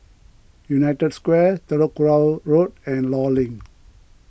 United Square Telok Kurau Road and Law Link